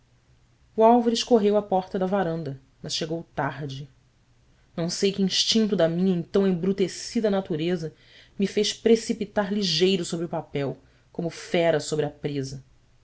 o álvares correu à porta da varanda mas chegou tarde não sei que instinto da minha então embrutecida natureza me fez precipitar ligeiro sobre o papel como fera sobre a presa